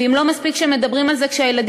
ואם לא מספיק שמדברים על זה כשהילדים